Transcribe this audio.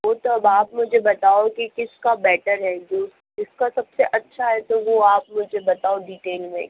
वो तो अब आप मुझे बताओ कि किसका बेटर है जो जिसका सबसे अच्छा है तो वो आप मुझे बताओ डिटेल में